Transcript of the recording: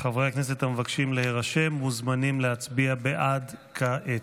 חברי הכנסת המבקשים להירשם מוזמנים להצביע בעד כעת.